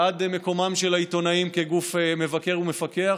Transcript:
בעד מקומם של העיתונאים כגוף מבקר ומפקח